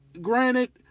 granted